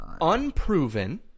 unproven